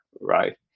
Right